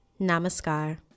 Namaskar